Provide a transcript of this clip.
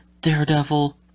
Daredevil